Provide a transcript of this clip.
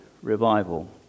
Revival